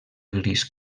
gris